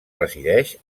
resideix